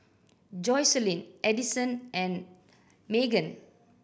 Joycelyn Edison and Magan